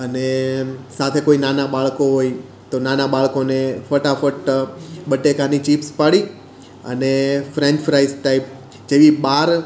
અને સાથે કોઈ નાના બાળકો હોય તો નાના બાળકોને ફટાફટ બટેકાની ચિપ્સ પાડી અને ફ્રેંચ ફ્રાઇઝ ટાઇપ જેવી બહાર